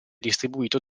distribuito